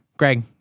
Greg